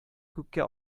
күккә